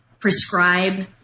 prescribe